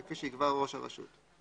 וכפי שיקבע ראש הרשות.